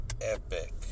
epic